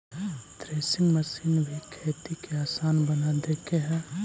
threshing machine भी खेती के आसान बना देके हइ